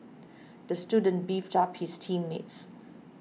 the student beefed about his team mates